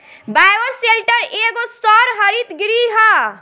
bioshelter एगो सौर हरित गृह ह